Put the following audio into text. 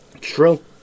True